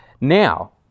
Now